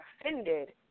offended